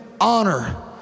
honor